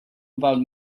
about